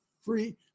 free